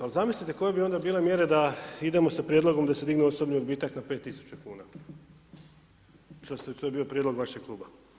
Ali zamislite koje bi onda bile mjere da idemo sa prijedlogom da se digne osobni odbitak na 5.000,00 kn, što je bio prijedlog vašega kluba.